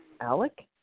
Alec